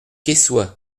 quessoy